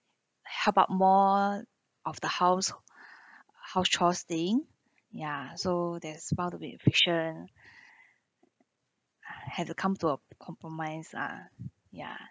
how about more of the house house chores thing ya so there's bound to be a friction had to come to uh compromise ah ya